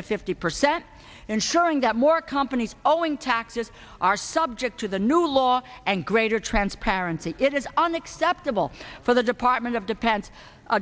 to fifty percent ensuring that more companies all in taxes are subject to the new law and greater transparency it is unacceptable for the department of dependent